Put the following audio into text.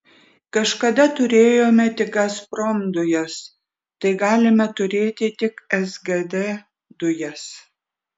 kažkada turėjome tik gazprom dujas tai galime turėti tik sgd dujas